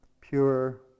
pure